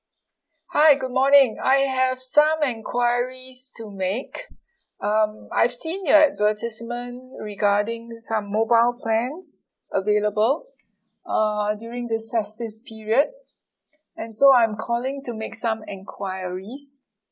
hi good morning I have some enquiries to make um I've seen your advertisement regarding some mobile plans available uh during this festive period and so I'm calling to make some enquiries